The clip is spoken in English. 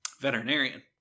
veterinarian